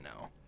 now